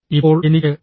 ഇപ്പോൾ എനിക്ക് 9